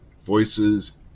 voices